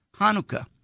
Hanukkah